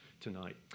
tonight